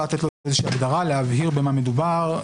לתת לו איזושהי הגדרה להבהיר במה מדובר.